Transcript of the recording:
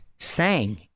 sang